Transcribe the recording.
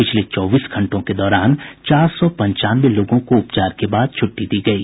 पिछले चौबीस घंटों के दौरान चार सौ पंचानवे लोगों को उपचार के बाद छुट्टी दी गयी